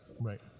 Right